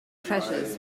treasures